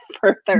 further